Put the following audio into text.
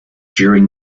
during